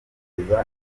indirimbo